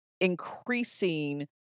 increasing